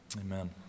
Amen